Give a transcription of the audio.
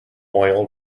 oil